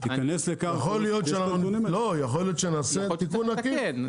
יכול להיות שנעשה --- יכול להיות שצריך לתקן.